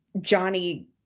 Johnny